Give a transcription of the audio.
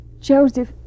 Joseph